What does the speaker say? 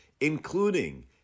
including